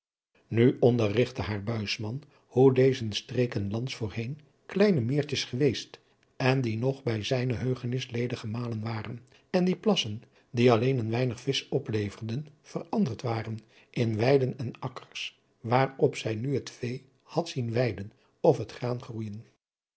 nu onderrigtte haar buisman hoe deze streken lands voorheen kleine meertjes geweest en die nog bij zijne heugenis ledig gemalen waren en die nog bij zigne heugenis ledig gemalen waren en die plassen die alleen een weinig visch opleverden veranderd waren in weiden en akkers waarop zij nu het vee had zien weiden of het graan groeijen